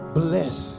bless